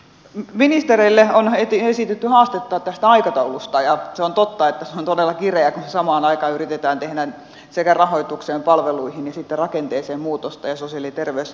ministereille on esitetty haastetta tästä aikataulusta ja se on totta että se on todella kireä kun samaan aikaan yritetään tehdä sekä rahoitukseen palveluihin että sitten rakenteeseen muutosta ja sosiaali ja terveystoimen järjestämiseen